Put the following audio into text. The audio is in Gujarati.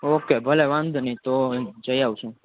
ઓકે ભલે વાંધો નઇ તો જય આવશું